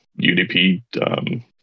UDP